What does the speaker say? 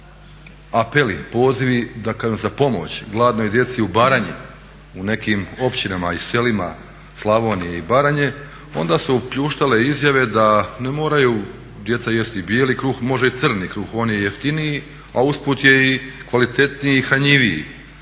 apeli, pozivi da kažem za pomoć gladnoj djeci u Baranji u nekim općinama i selima Slavonije i Baranje onda su pljuštale izjave da ne moraju djeca jesti bijeli kruh, može i crni kruh, on je jeftiniji a usput je i kvalitetniji i hranjiviji.